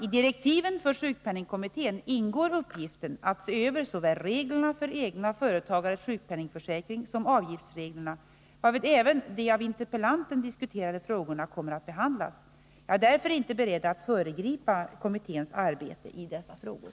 I direktiven för sjukpenningkommittén ingår uppgiften att se över såväl reglerna för egna företagares sjukpenningförsäkring som avgiftsreglerna, varvid även de av interpellanten diskuterade frågorna kommer att behandlas. Jag är inte beredd att föregripa kommitténs arbete i dessa frågor.